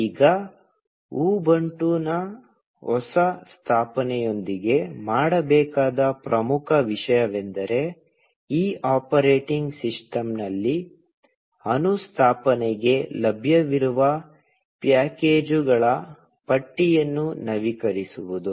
ಈಗ ಉಬುಂಟುನ ಹೊಸ ಸ್ಥಾಪನೆಯೊಂದಿಗೆ ಮಾಡಬೇಕಾದ ಪ್ರಮುಖ ವಿಷಯವೆಂದರೆ ಈ ಆಪರೇಟಿಂಗ್ ಸಿಸ್ಟಂನಲ್ಲಿ ಅನುಸ್ಥಾಪನೆಗೆ ಲಭ್ಯವಿರುವ ಪ್ಯಾಕೇಜುಗಳ ಪಟ್ಟಿಯನ್ನು ನವೀಕರಿಸುವುದು